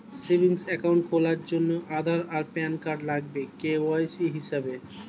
savings account খোলার জন্যে আধার আর প্যান কার্ড লাগবে কে.ওয়াই.সি হিসেবে